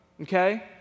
Okay